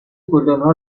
گلدانها